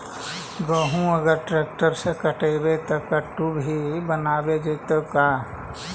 गेहूं अगर ट्रैक्टर से कटबइबै तब कटु भी बनाबे जितै का?